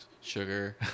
Sugar